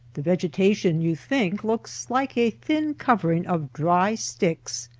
the vegetation you think looks like a thin covering of dry sticks.